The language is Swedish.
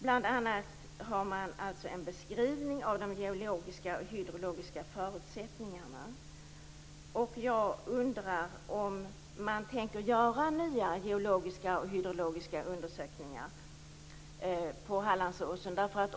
Bl.a. har man en beskrivning av de geologiska och hydrologiska förutsättningarna. Jag undrar om man tänker göra nya geologiska och hydrologiska undersökningar på Hallandsåsen.